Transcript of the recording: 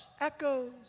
Echoes